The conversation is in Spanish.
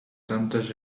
tantas